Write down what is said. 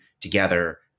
together